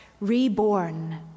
reborn